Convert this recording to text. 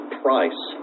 price